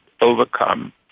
overcome